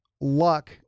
luck